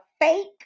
fake